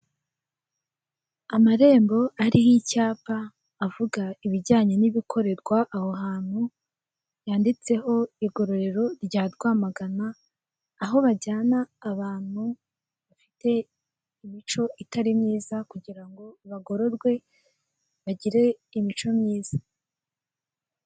Amarembo ariho icyapa avuga ibijyanye n'ibikorerwa aho, ahantu handitseho igororero rya Rwamagana aho bajyana abantu bafite imico itari myiza, kugira ngo bagororwe bagire imico myiza.